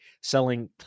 selling